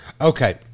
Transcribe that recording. Okay